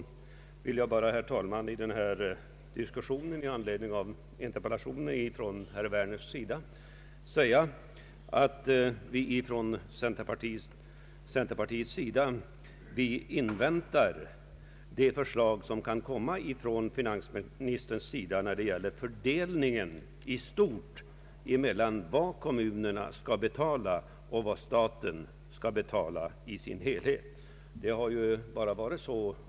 Till sist vill jag, herr talman, i diskussionen med anledning av herr Werners interpellation bara säga att vi inom centerpartiet inväntar det förslag som kan komma från finansministern beträffande fördelningen i stort mellan vad kommunerna skall betala och vad staten skall betala.